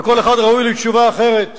וכל אחד ראוי לתשובה אחרת.